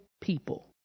people